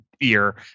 ear